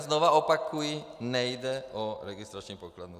A znovu opakuji, nejde o registrační pokladnu.